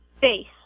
Face